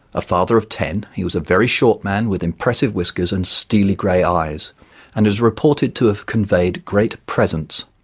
a father of ten, he was a very short man, with impressive whiskers and steely grey eyes and is reported to have conveyed great presence.